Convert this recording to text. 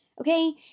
Okay